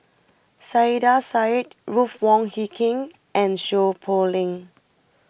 Saiedah Said Ruth Wong Hie King and Seow Poh Leng